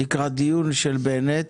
לקראת דיון של בנט,